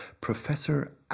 Professor